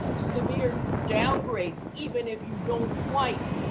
severe downgrades, even if you don't quite